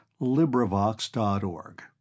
LibriVox.org